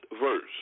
verse